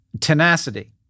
Tenacity